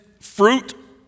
fruit